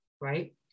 right